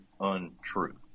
untrue